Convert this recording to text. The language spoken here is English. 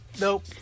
nope